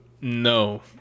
no